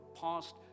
past